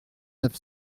neuf